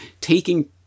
taking